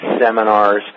seminars